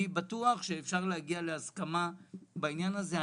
אני בטוח שאפשר להגיע להסכמה בעניין הזה.